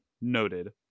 noted